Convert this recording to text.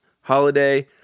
holiday